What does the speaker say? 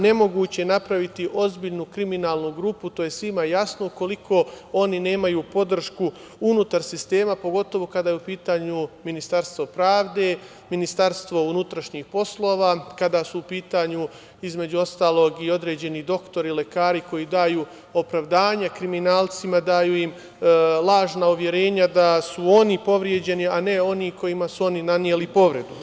Nemoguće je napraviti ozbiljnu kriminalnu grupu, to je svima jasno, ukoliko oni nemaju podršku unutar sistema, pogotovo kada je u pitanju Ministarstvo pravde, Ministarstvo unutrašnjih poslova, kada su u pitanju, između ostalog, i određeni doktori, lekari koji daju opravdanje kriminalcima, daju im lažna overenja da su oni povređeni, a ne oni kojima su oni naneli povredu.